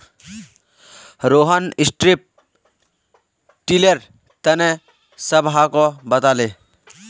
Rohan strip tiller तने सबहाको बताले